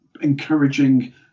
encouraging